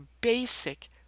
basic